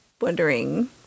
wondering